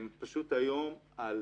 פשוט היום הם על